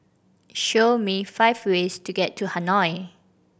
show me five ways to get to Hanoi